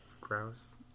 Gross